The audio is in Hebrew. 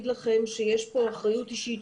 פה אחריות אישית